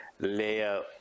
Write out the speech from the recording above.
leia